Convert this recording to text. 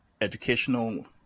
educational